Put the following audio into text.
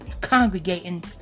congregating